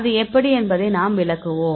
அது எப்படி என்பதை நாம் விளக்குவோம்